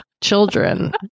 children